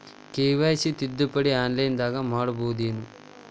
KYC ತಿದ್ದುಪಡಿ ಆನ್ಲೈನದಾಗ್ ಮಾಡ್ಬಹುದೇನು?